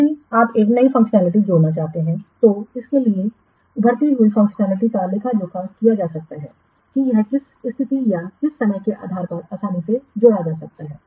यदि आप एक नई फंक्शनैलिटी जोड़ना चाहते हैं तो इसके लिए उभरती हुई फंक्शनैलिटी का लेखा जोखा किया जा सकता है कि यह किस स्थिति या समय के आधार पर आसानी से जोड़ा जा सकता है